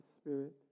spirit